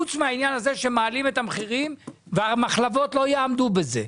חוץ מהעניין הזה שמעלים את המחירים והמחלבות לא יעמדו בזה.